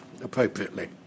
appropriately